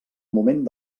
moment